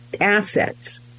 assets